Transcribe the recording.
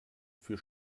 für